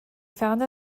found